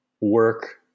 work